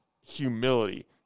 humility